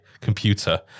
computer